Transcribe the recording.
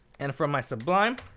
and from my sublime,